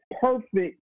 perfect